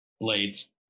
blades